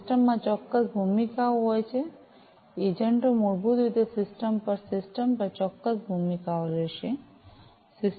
system માં ચોક્કસ ભૂમિકાઓ હોય છે એજન્ટો મૂળભૂત રીતે સિસ્ટમ પર સિસ્ટમ પર ચોક્કસ ભૂમિકાઓ લેશે